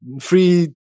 free